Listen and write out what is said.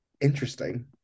interesting